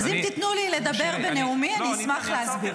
אז אם תיתנו לי לדבר בנאומי, אני אשמח להסביר.